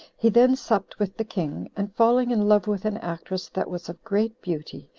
he then supped with the king, and falling in love with an actress that was of great beauty,